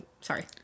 sorry